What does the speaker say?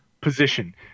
position